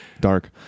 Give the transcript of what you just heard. Dark